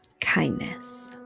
kindness